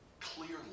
clearly